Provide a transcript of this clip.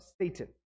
Satan